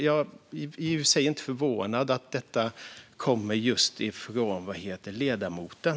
Jag är i och för sig inte förvånad över att detta kommer från just ledamoten.